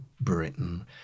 Britain